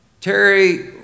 Terry